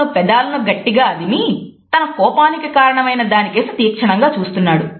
అతను పెదాలను గట్టిగా అదిమి తన కోపానికి కారణమైన దానికేసి తీక్షణంగా చూస్తున్నాడు